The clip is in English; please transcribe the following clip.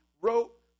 wrote